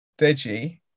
Deji